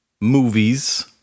movies